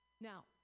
Now